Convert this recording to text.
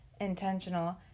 intentional